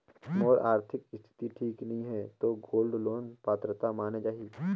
मोर आरथिक स्थिति ठीक नहीं है तो गोल्ड लोन पात्रता माने जाहि?